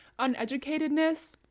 uneducatedness